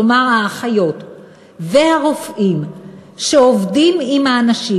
כלומר האחיות והרופאים שעובדים עם האנשים,